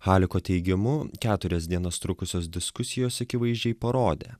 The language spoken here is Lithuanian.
haliko teigiamu keturias dienas trukusios diskusijos akivaizdžiai parodė